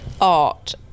art